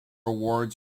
awards